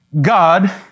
god